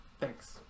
thanks